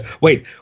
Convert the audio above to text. Wait